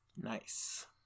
Nice